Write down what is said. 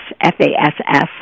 F-A-S-S